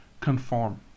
conform